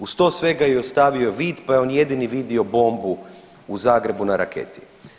Uz to sve ga je i ostavio vid pa je on jedini vidio bombu u Zagrebu na raketi.